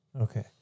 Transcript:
okay